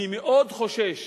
אני מאוד חושש